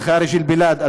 תרגומם: יעני,